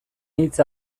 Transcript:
hitza